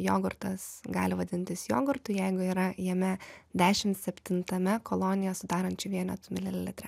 jogurtas gali vadintis jogurtu jeigu yra jame dešim septintame kolonijas sudarančių vienetų mililitre